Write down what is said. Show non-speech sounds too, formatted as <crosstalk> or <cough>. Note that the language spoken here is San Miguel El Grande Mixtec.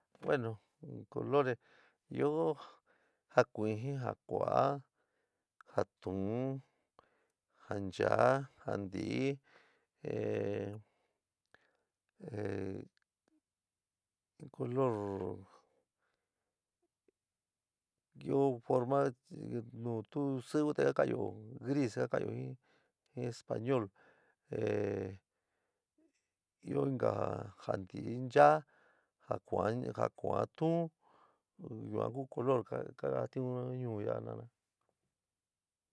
Bueno en colores ɨó: ja kuijɨn, ja kua'a, ja tuún, ja nchaá, ja ntií, ehh ehh color io forma nu tuú siwi te ka ka'anyo gris te ka ka'anyo jɨn español <hesitation> ɨó inka ja ntií nchaá, ja kua'á ja kua'á tuún, yuan ku color ja kajatiún ñuú ya'a jina'ana.